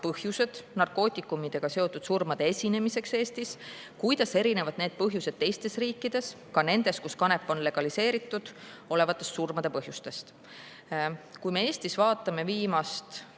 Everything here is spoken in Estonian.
põhjused narkootikumidega seotud surmade esinemiseks Eestis. Kuidas erinevad need põhjused teistes riikides, ka nendes, kus kanep on legaliseeritud, olevatest surmapõhjustest? Kui me Eestis vaatame viimast